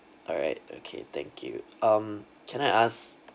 alright okay thank you um can I ask